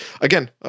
again